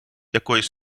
якоїсь